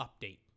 update